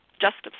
justice